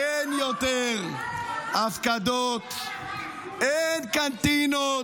--- אין יותר הפקדות, אין קנטינות,